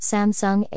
Samsung